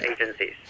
agencies